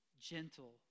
gentle